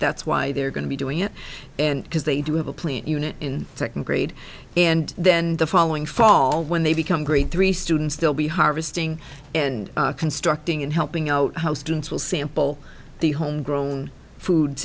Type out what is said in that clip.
that's why they're going to be doing it and because they do have a plant unit in second grade and then the following fall when they become grade three students still be harvesting and constructing and helping out how students will sample the home grown foods